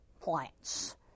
plants